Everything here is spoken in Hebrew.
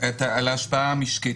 על ההשפעה המשקית.